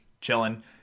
chilling